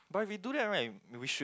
but if we do that right we should